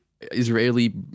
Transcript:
Israeli